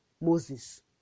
moses